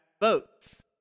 votes